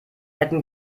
hätten